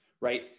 right